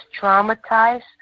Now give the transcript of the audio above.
traumatized